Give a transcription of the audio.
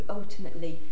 ultimately